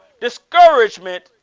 discouragement